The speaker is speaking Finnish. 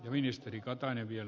arvoisa puhemies